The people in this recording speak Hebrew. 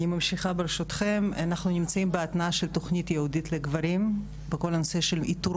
אנחנו נמצאים בהתנעה של תוכנית ייעודית לגברים בכל הנושא של איתור